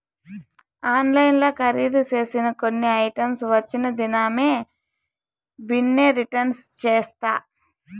ఆన్లైన్ల కరీదు సేసిన కొన్ని ఐటమ్స్ వచ్చిన దినామే బిన్నే రిటర్న్ చేస్తా